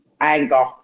Anger